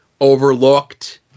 overlooked